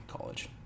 college